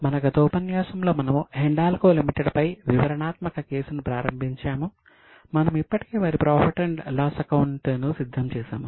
మన గత ఉపన్యాసంలో మనము హిండాల్కో లిమిటెడ్పై వివరణాత్మక కేసును ప్రారంభించాము మనము ఇప్పటికే వారి ప్రాఫిట్ అండ్ లాస్ అకౌంట్ ను సిద్ధం చేసాము